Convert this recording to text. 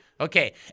Okay